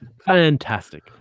fantastic